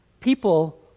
people